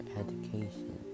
education